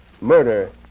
Murder